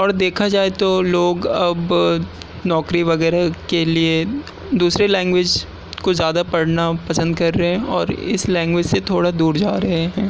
اور دیکھا جائے تو لوگ اب نوکری وغیرہ کے لیے دوسرے لینگویج کو زیادہ پڑھنا پسند کر رہے ہیں اور اس لینگویج سے تھوڑا دور جا رہے ہیں